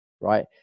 right